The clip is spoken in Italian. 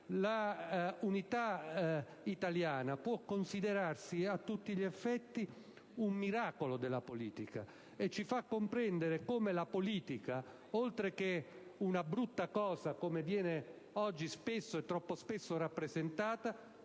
L'unità italiana può considerarsi a tutti gli effetti un miracolo della politica e ci fa comprendere come la politica, oltre che una brutta cosa, come oggi viene spesso - troppo spesso - rappresentata,